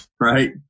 right